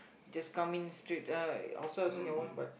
just come in straight uh outside also can watch but